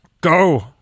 go